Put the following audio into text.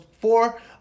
four